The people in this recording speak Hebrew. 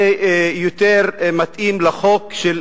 זה יותר מתאים לחוק של